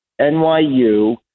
NYU